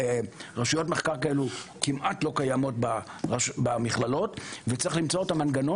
רשויות מחקר כאלו כמעט לא קיימות במכללות וצריך למצוא את המנגנון